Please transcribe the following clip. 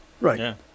Right